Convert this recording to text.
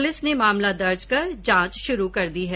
police ने मामला दर्ज कर जांच शुरू कर दी है